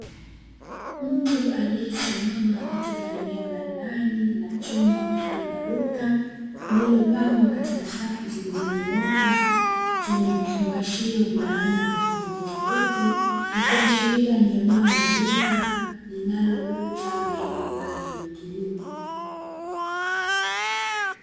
Mtu aliyesimama katika eneo la ndani la chumba mfano wa duka lililopangwa katika safu zilizonyooka, zenye vifungashio vya aina tofautitofauti. Ikiashiria ni eneo la duka linalouza mbegu kwa ajili ya kilimo.